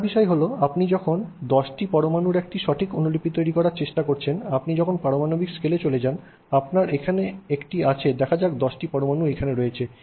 মজার বিষয় হল আপনি যখন 10 টি পরমাণুর একটি সঠিক অনুলিপি তৈরি করার চেষ্টা করছেন আপনি যখন পারমাণবিক স্কেলে চলে যান আপনার এখানে একটি আছে দেখা যাক 10 পরমাণু এখানে রয়েছে